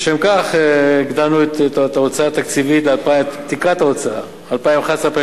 לשם כך הגדלנו את תקרת ההוצאה התקציבית ל-2011 2012